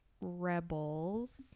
Rebels